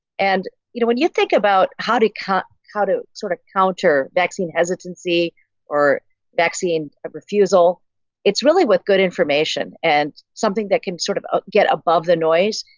and you know when you think about how to how to sort of counter vaccine hesitancy or vaccine refusal it's really with good information and something that can sort of get above the noise.